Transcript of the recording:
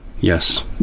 Yes